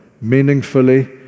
meaningfully